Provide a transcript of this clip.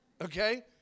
okay